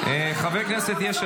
חברי הכנסת מסיעת יש